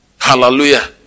Hallelujah